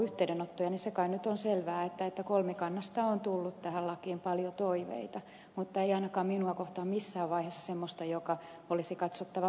se kai nyt on selvää että kolmikannasta on tullut tähän lakiin paljon toiveita mutta ei ainakaan minua kohtaan missään vaiheessa semmoisia jotka olisi katsottava painostukseksi